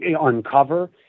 uncover